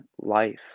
life